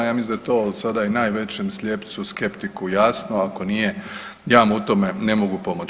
Ja mislim da je to sada i najvećem slijepcu skeptiku jasno, ako nije ja mu u tome ne mogu pomoć.